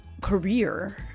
career